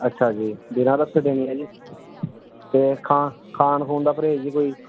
ਅੱਛਾ ਜੀ ਬਿਨਾਂ ਦੱਸੇ ਦੇਣੀ ਆ ਜੀ ਅਤੇ ਖਾਣ ਖਾਣ ਖੁਣ ਦਾ ਪਰਹੇਜ ਜੀ ਕੋਈ